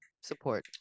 support